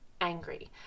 angry